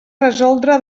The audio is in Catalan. resoldre